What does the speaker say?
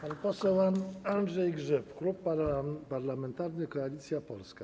Pan poseł Andrzej Grzyb, Klub Parlamentarny Koalicja Polska.